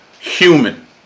human